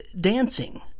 dancing